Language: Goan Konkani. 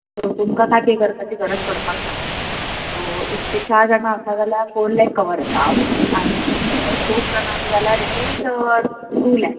सो तुमकां कांय पै करपाची गरज पडपाक ना सो इफ चार जाणां आसा जाल्यार फौर लेख कवर येता आनी सपोझ दोग जाणां आसा जाल्यार इट इस टू लेख